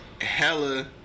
hella